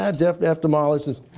and f f demolished. this